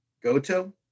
Goto